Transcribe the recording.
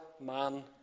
man